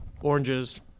oranges